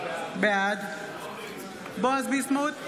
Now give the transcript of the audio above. בעד בועז ביסמוט,